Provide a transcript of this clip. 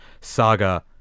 saga